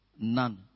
none